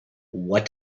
what